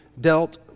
dealt